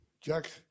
Jack